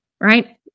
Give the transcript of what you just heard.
right